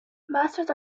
masters